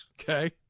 Okay